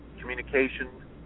communication